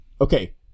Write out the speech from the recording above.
Okay